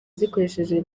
zikoresheje